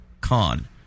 Con